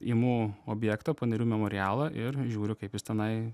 imu objektą panerių memorialą ir žiūriu kaip jis tenai